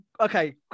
okay